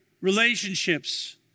relationships